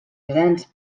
grans